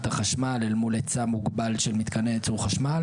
החשמל אל מול היצע מוגבל של מתקני ייצור חשמל